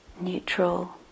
neutral